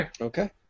Okay